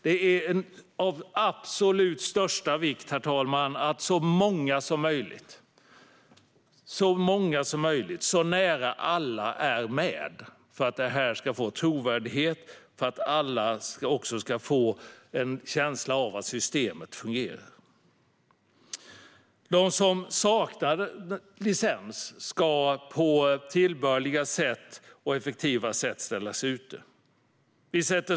Det är av absolut största vikt att så många som möjligt är med för att detta ska få trovärdighet och för att alla också ska få en känsla av att systemet fungerar. De som saknar licens ska på ett tillbörligt och effektivt sätt ställas ute.